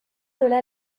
delà